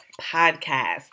podcast